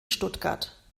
stuttgart